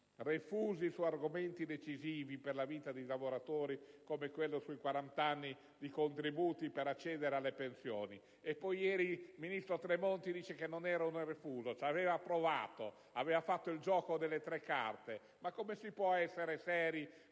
Refusi su argomenti decisivi per la vita di tanti lavoratori, come quello sui 40 anni di contributi per accedere alla pensione. Ieri il ministro Tremonti ha detto che non era un refuso: ci ha provato, aveva fatto il gioco delle tre carte. È questo il modo di essere seri